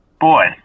Boy